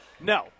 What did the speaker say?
No